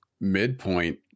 midpoint